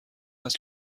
است